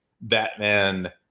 Batman